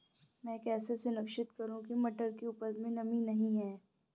मैं कैसे सुनिश्चित करूँ की मटर की उपज में नमी नहीं है?